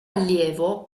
allievo